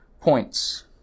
points